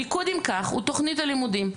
המיקוד אם כך, הוא תוכנית הלימודים.